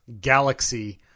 galaxy